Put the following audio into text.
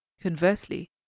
Conversely